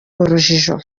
urujijo